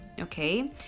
okay